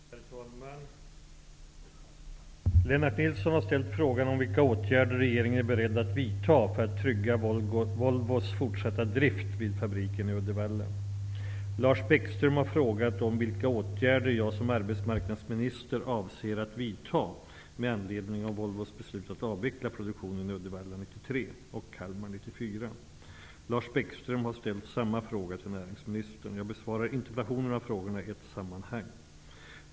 Herr talman! Lennart Nilsson har ställt frågan om vilka åtgärder regeringen är beredd att vidta för att trygga Volvos fortsatta drift vid fabriken i Lars Bäckström har frågat om vilka åtgärder jag som arbetsmarknadsminister avser att vidta med anledning av Volvos beslut att avveckla produktionen i Uddevalla år 1993 och Kalmar år 1994. Lars Bäckström har ställt samma fråga till näringsministern. Jag besvarar interpellationen och frågorna i ett sammanhang.